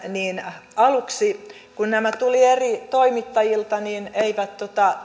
niin aluksi kun nämä tulivat eri toimittajilta